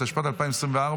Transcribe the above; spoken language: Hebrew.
התשפ"ד 2024,